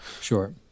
Sure